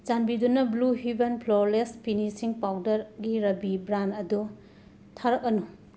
ꯆꯥꯟꯕꯤꯗꯨꯅ blue heaven flawless finishing ꯄꯥꯎꯗꯔꯒꯤ ꯔꯕꯤ ꯕ꯭ꯔꯥꯟ ꯑꯗꯨ ꯊꯥꯔꯛꯑꯅꯨ